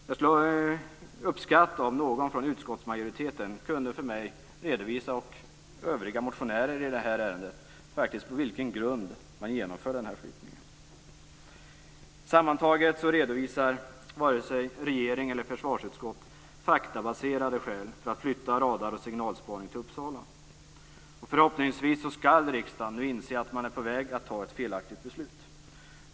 Jag skulle uppskatta om någon från utskottsmajoriteten för mig och övriga motionärer i ärendet kunde redovisa på vilken grund flyttningen genomförs. Varken regeringen eller försvarsutskottet redovisar några faktabaserade skäl för att flytta radar och signalspaningen till Uppsala. Förhoppningsvis kommer riksdagen att inse att man är på väg att fatta ett felaktigt beslut.